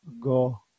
go